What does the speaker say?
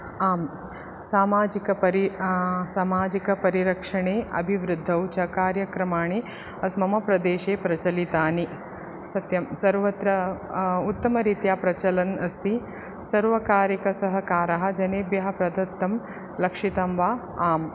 आम् सामाजिकपरि सामाजिकपरिरक्षणे अभिवृद्धौ च कार्यक्रमाणि अस् मम प्रदेशे प्रचलितानि सत्यं सर्वत्र उत्तमरीत्या प्रचलन् अस्ति सर्वकारिकसहकारः जनेभ्यः प्रदत्तं लक्षितं वा आम्